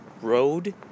Road